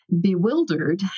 bewildered